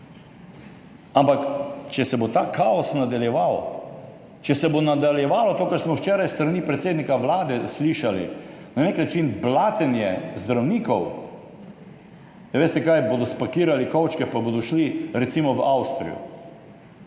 ampak če se bo ta kaos nadaljeval, če se bo nadaljevalo to, kar smo včeraj slišali s strani predsednika Vlade, na nek način blatenje zdravnikov, bodo spakirali kovčke in bodo šli recimo v Avstrijo.